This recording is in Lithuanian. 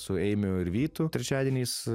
su eimiu ir vytu trečiadieniais